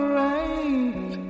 right